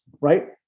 right